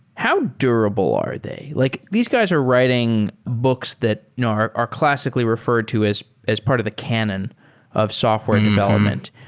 how durable are they? like these guys are writing books that are are classically referred to as as part of the canon of software development.